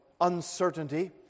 uncertainty